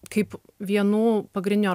kaip vienų pagrindinių